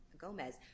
Gomez